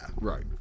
Right